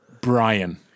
Brian